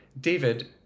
David